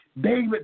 David